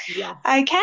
Okay